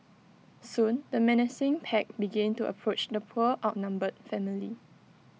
soon the menacing pack began to approach the poor outnumbered family